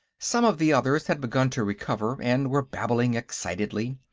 some of the others had begun to recover and were babbling excitedly.